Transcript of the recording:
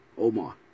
Omar